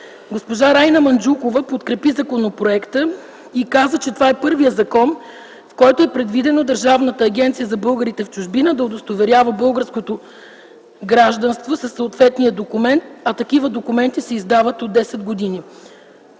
Госпожа Райна Манджукова подкрепи законопроекта и каза, че това е първият закон, в който е предвидено Държавната агенция за българите в чужбина да удостоверява българското гражданство със съответния документ, а такива документи се издават от 10 години.